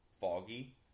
foggy